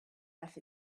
left